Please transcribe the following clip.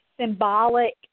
symbolic